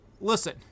listen